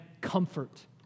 comfort